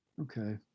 okay